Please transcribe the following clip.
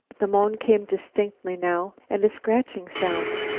the moan came distinctly now, and a scratching sound.